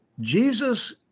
Jesus